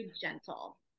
gentle